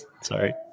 Sorry